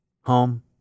home